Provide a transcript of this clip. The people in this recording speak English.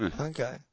Okay